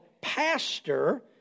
pastor